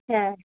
হ্যাঁ